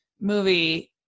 movie –